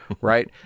right